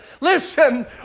Listen